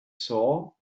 saw